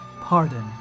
pardon